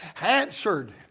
answered